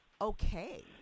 okay